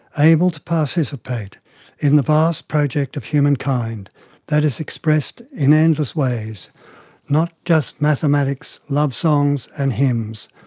able to participate in the vast project of humankind that is expressed in endless ways not just mathematics, love songs and hymns,